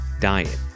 diet